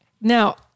Now